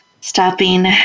stopping